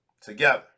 together